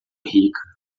rica